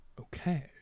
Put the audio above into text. okay